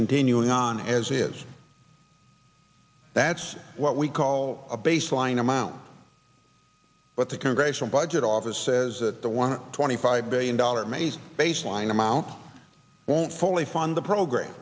continuing on as is that's what we call a baseline amount but the congressional budget office says that the one twenty five billion dollars may's baseline amount won't fully fund the program